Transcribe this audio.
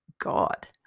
God